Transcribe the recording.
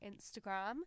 instagram